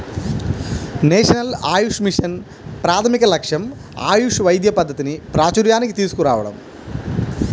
national AYUSH mission ప్రాథమిక లక్ష్యం ఆయుష్ వైద్య పద్ధతిని ప్రాచూర్యానికి తీసుకురావటం